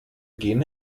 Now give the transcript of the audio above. gen